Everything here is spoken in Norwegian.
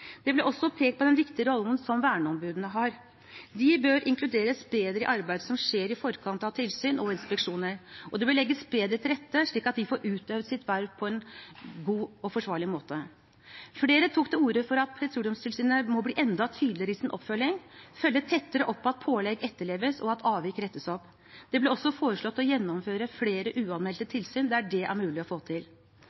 Det ble også pekt på den viktige rollen som verneombudene har. De bør inkluderes bedre i arbeidet som skjer i forkant av tilsyn og inspeksjoner, og det bør legges bedre til rette, slik at de fått utøvd sitt verv på en god og forsvarlig måte. Flere tok til orde for at Petroleumstilsynet må bli enda tydeligere i sin oppfølging, følge tettere opp at pålegg etterleves, og at avvik rettes opp. Det ble også foreslått å gjennomføre flere uanmeldte